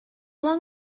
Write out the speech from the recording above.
long